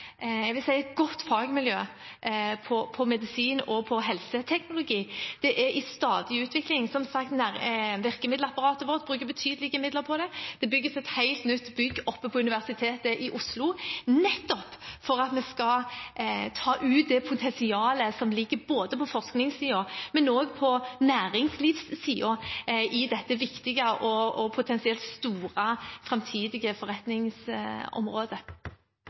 et godt fagmiljø på medisin og på helseteknologi. Det er i stadig utvikling. Som sagt: Gjennom virkemiddelapparatet vårt bruker vi betydelige midler på det. Det bygges et helt nytt bygg ved Universitetet i Oslo nettopp for at vi skal ta ut det potensialet som ligger på forskningssiden, men også på næringslivssiden i dette viktige og potensielt store framtidige